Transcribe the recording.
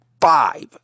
five